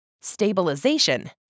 stabilization